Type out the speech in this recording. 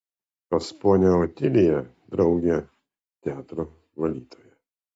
pas ponią otiliją draugė teatro valytoja